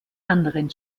anderen